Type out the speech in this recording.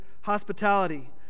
hospitality